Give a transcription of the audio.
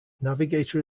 navigator